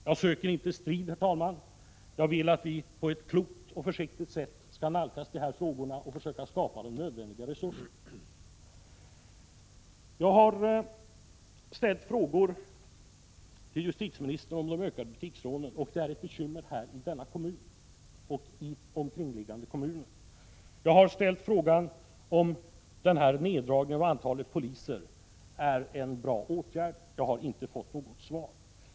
Jag söker inte strid, herr talman, utan jag vill att vi på ett klokt och försiktigt sätt skall nalkas dessa frågor och försöka skapa de nödvändiga resurserna. Jag har ställt frågor till justitieministern om det ökade antalet butiksrån, vilket utgör ett bekymmer i denna kommun och i omkringliggande kommuner. Jag har frågat om neddragningen av antalet poliser är en bra åtgärd. Jag har inte fått något svar.